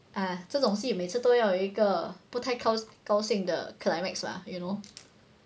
哎这种戏每次都要有一个不太高高兴的 climax lah you know